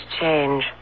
change